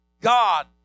God